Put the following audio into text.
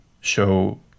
show